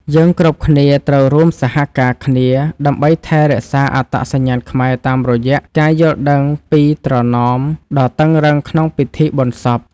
យើងគ្រប់គ្នាត្រូវរួមសហការគ្នា ដើម្បីថែរក្សាអត្តសញ្ញាណខ្មែរតាមរយៈការយល់ដឹងពីត្រណមដ៏តឹងរ៉ឹងក្នុងពិធីបុណ្យសព។